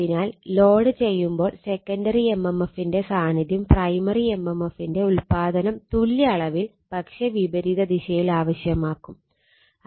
അതിനാൽ ലോഡു ചെയ്യുമ്പോൾ സെക്കണ്ടറി എംഎംഎഫിന്റെ സാന്നിദ്ധ്യം പ്രൈമറി എംഎംഎഫിന്റെ ഉൽപാദനം തുല്യ അളവിൽ പക്ഷേ വിപരീത ദിശയിൽ ആവശ്യമാക്കും